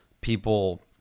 people